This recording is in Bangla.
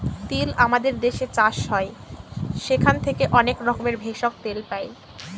তিল আমাদের দেশে চাষ হয় সেখান থেকে অনেক রকমের ভেষজ, তেল পাই